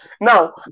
Now